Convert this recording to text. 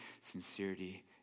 sincerity